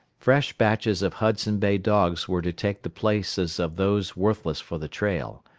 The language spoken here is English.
fresh batches of hudson bay dogs were to take the places of those worthless for the trail.